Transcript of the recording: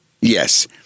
Yes